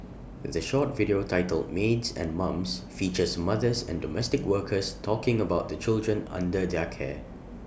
the short video titled maids and mums features mothers and domestic workers talking about the children under their care